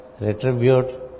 retribute